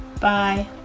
Bye